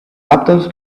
laptops